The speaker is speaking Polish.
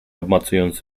obmacując